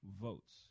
votes